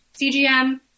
CGM